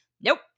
Nope